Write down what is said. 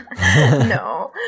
No